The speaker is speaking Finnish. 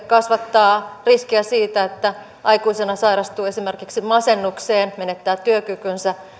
kasvattaa riskiä siitä että aikuisena sairastuu esimerkiksi masennukseen menettää työkykynsä